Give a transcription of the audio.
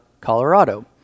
Colorado